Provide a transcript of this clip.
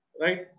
Right